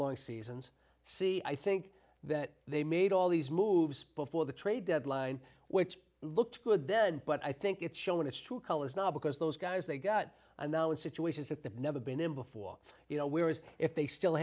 long seasons see i think that they made all these moves before the trade deadline which looked good then but i think it's shown it's two colors now because those guys they got and now in situations like that never been in before you know whereas if they still